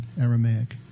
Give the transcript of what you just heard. Aramaic